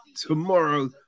tomorrow